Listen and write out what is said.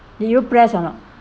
did you press or not